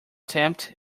tempt